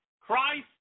Christ